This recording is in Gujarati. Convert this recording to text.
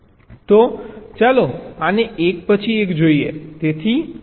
તો ચાલો આને એક પછી એક જોઈએ